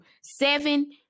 Seven